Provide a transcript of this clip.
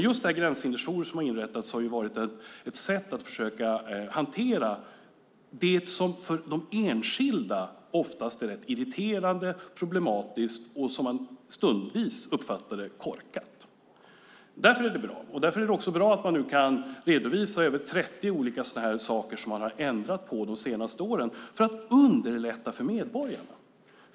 Just Gränshindersforum som inrättats har varit ett sätt att försöka hantera det som för de enskilda ofta är rätt irriterande och problematiskt och som man stundom uppfattar som korkat. Därför är det bra att man nu kan redovisa över 30 olika saker som man ändrat på de senaste åren för att underlätta för medborgarna.